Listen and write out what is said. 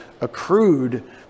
accrued